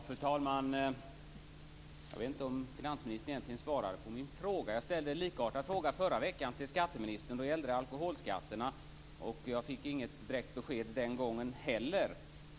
Fru talman! Jag vet inte om finansministern egentligen svarade på min fråga. Jag ställde en likartad fråga förra veckan till skatteministern. Då gällde det alkoholskatterna. Jag fick inget direkt besked den gången heller.